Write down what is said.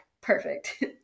perfect